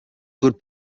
good